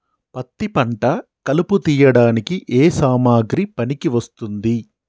పత్తి పంట కలుపు తీయడానికి ఏ సామాగ్రి పనికి వస్తుంది?